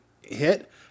hit